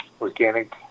organic